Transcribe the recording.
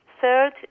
Third